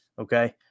Okay